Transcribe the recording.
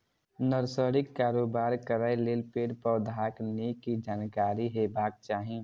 नर्सरीक कारोबार करै लेल पेड़, पौधाक नीक जानकारी हेबाक चाही